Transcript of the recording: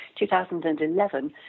2011